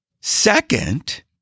Second